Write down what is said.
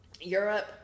europe